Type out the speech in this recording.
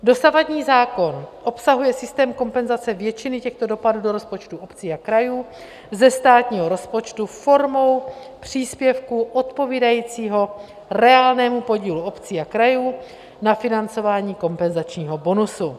Dosavadní zákon obsahuje systém kompenzace většiny těchto dopadů do rozpočtu obcí a krajů ze státního rozpočtu formou příspěvku odpovídajícího reálnému podílu obcí a krajů na financování kompenzačního bonusu.